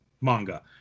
manga